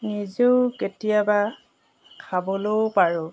নিজেও কেতিয়াবা খাবলৈও পাৰোঁ